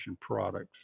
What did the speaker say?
Products